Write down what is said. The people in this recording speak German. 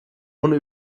ohne